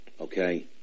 Okay